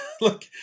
Look